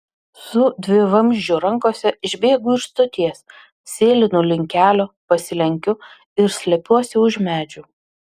su dvivamzdžiu rankose išbėgu iš stoties sėlinu link kelio pasilenkiu ir slepiuosi už medžių